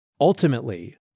ultimately